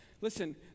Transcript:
Listen